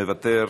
מוותר,